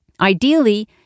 Ideally